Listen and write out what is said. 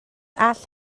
all